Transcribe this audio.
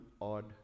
odd